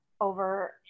over